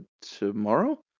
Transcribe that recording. tomorrow